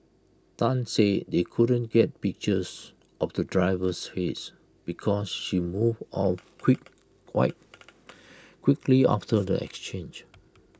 Tan said they couldn't get pictures of the driver's face because she moved off quick quite quickly after the exchange